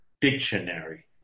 dictionary